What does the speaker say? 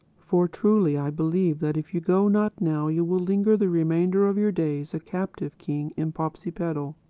for truly i believe that if you go not now you will linger the remainder of your days a captive king in popsipetel.